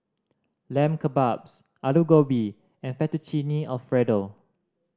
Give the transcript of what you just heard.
Lamb Kebabs Alu Gobi and Fettuccine Alfredo